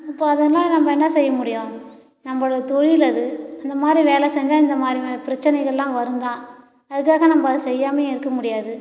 இப்போ அதெலாம் நம்ப என்ன செய்ய முடியும் நம்பளுடைய தொழில் அது அந்த மாதிரி வேலை செஞ்சா இந்த மாதிரி பிரச்சனைகள்லாம் வரும் தான் அதுக்காக நம்ப அதை செய்யாமையும் இருக்க முடியாது